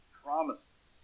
promises